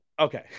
okay